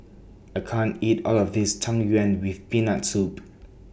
I can't eat All of This Tang Yuen with Peanut Soup